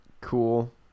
cool